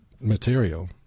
material